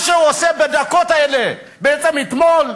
מה שהוא עושה בדקות האלה, בעצם אתמול,